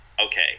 okay